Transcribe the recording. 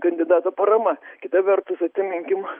kandidato parama kita vertus atsiminkim